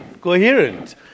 coherent